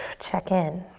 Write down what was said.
check in.